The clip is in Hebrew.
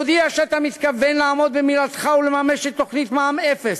תודיע שאתה מתכוון לעמוד במילתך ולממש את תוכנית מע"מ אפס,